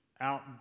out